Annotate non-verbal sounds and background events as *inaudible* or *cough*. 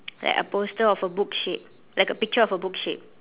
*noise* like a poster of a book shape like a picture of a book shape